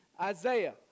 Isaiah